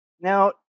Now